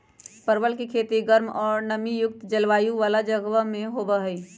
परवल के खेती गर्म और नमी युक्त जलवायु वाला जगह में होबा हई